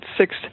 six